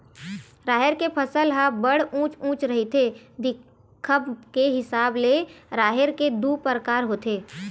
राहेर के फसल ह बड़ उँच उँच रहिथे, दिखब के हिसाब ले राहेर के दू परकार होथे